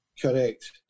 Correct